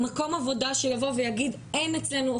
מקום עבודה שיבוא ויגיד: אין אצלנו,